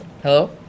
Hello